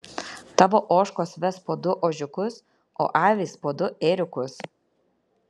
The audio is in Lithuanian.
tavo ožkos ves po du ožiukus o avys po du ėriukus